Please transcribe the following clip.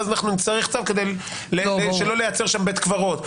ואז נצטרך לכתוב כדי לא לייצר שם בית קברות.